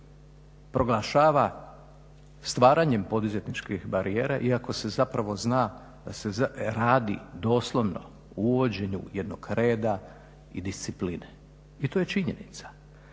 proglašava stvaranjem poduzetničkih barijera iako se zapravo zna da se radi doslovno o uvođenju jednog reda i discipline i to je činjenica.